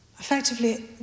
Effectively